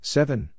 Seven